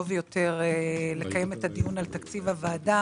יותר לקיים את הדיון על תקציב המדינה